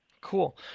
Cool